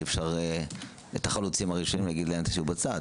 אי אפשר להגיד לחלוצים הראשונים: שבו בצד.